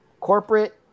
corporate